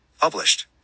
Published